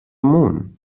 moon